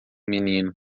menino